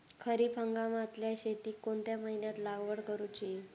खरीप हंगामातल्या शेतीक कोणत्या महिन्यात लागवड करूची?